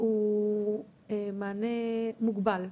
הוא מענה מוגבל.